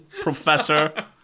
professor